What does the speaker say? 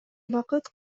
убакыт